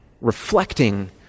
reflecting